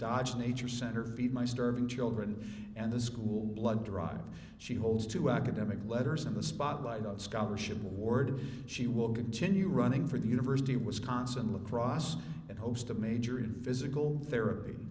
dodge a nature center feed my starving children and the school blood drive she holds to academic letters in the spotlight of scholarship award she will continue running for the university of wisconsin lacrosse and hopes to major in physical therapy